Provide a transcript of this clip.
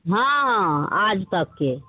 हँ आज तकके